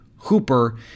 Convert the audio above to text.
hooper